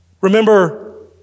Remember